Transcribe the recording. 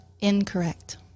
Incorrect